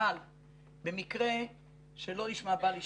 אבל במקרה שלא ישמע בל ישמע,